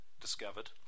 discovered